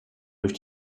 durch